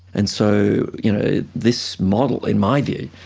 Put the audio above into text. and so you know this model, in my view,